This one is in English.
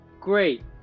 Great